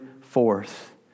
forth